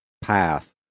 path